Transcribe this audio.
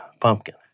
pumpkin